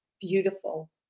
Beautiful